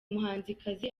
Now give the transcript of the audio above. muhanzikazi